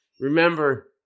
Remember